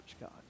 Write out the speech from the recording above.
God